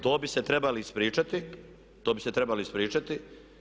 To bi se trebali ispričati, to bi se trebali ispričati.